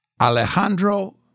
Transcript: Alejandro